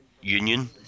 union